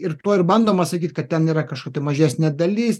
ir tuo ir bandoma sakyt kad ten yra kažkokia mažesnė dalis